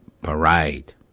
parade